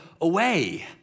away